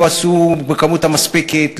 לא נעשו בכמות המספקת.